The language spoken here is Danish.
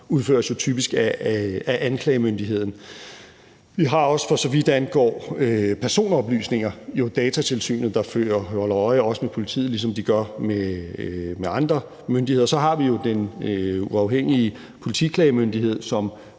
udføres jo typisk af anklagemyndigheden. Vi har også, for så vidt angår personoplysninger, jo Datatilsynet, der også holder øje med politiet, ligesom de gør med andre myndigheder. Og så har vi jo den uafhængige Politiklagemyndighed, som